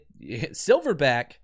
Silverback